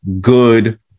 good